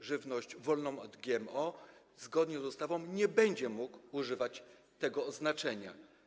żywność wolną od GMO, zgodnie z ustawą nie będzie mógł używać tego oznaczenia.